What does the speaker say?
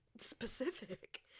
specific